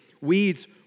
Weeds